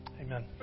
Amen